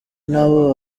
nabo